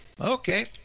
okay